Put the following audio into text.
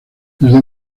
desde